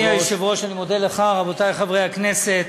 אדוני היושב-ראש, אני מודה לך, רבותי חברי הכנסת,